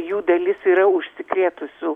jų dalis yra užsikrėtusių